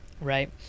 right